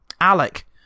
Alec